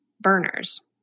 burners